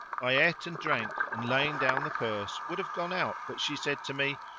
i ate and drank and laying down the purse, would have gone out but she said to me,